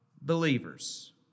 believers